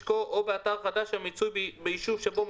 לזוכים בהגרלה, הגרלה לפי תקנה זו תהיה